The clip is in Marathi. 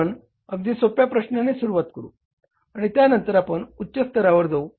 आपण अगदी सोप्या प्रश्नाने सुरुवात करू आणि त्यानंतर आपण उच्च स्तरावर जाऊ